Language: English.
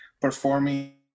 performing